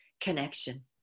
connection